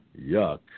Yuck